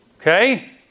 Okay